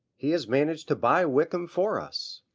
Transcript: he has managed to buy wickham for us.